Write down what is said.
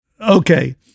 Okay